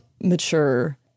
mature